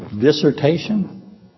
Dissertation